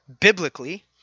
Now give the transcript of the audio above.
biblically